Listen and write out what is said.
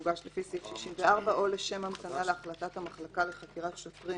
שהוגש לפי סעיף 64 או לשם המתנה להחלטת המחלקה לחקירת שוטרים